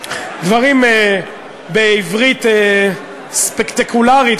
דברים בעברית ספקטקולרית,